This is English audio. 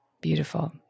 Beautiful